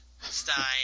Stein